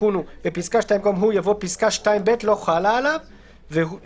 בפסקה (2) במקום "הוא" יבוא "פסקה (2ב) לא חלה עליו והוא